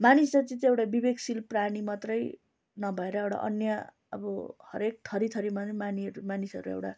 मानिस जाति चाहिँ एउटा विवेकशील प्राणी मात्रै नभएर एउटा अन्य अब हरेक थरिथरिमा नै मानिहरू मानिसहरू एउटा